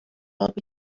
آبی